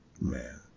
man